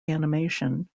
animation